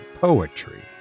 Poetry